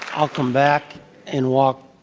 i'll come back and walk,